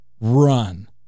run